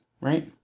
right